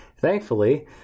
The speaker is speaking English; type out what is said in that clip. Thankfully